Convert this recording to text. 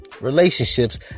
relationships